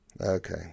Okay